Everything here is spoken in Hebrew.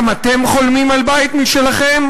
גם אתם חולמים על בית משלכם?